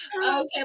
Okay